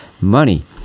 Money